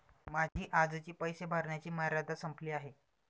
माझी आजची पैसे भरण्याची मर्यादा संपली आहे